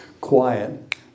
quiet